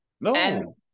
no